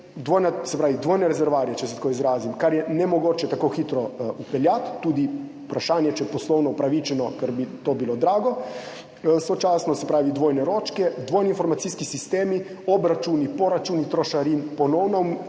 dvojne rezervoarje, če se tako izrazim, kar je nemogoče tako hitro vpeljati, tudi vprašanje, če je poslovno upravičeno, ker bi to bilo drago, sočasno dvojne ročke, dvojni informacijski sistemi, obračuni, poračuni trošarin, ponovno umestitev